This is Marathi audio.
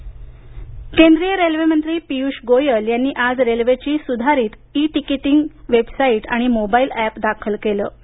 रेल्वे केंद्रीय रेल्वेमंत्री पीयूष गोयल यांनी आज रेल्वेची सुधारीत ई टिकेटिंग वेबसाईट आणि मोबाईल एप दाखल केलं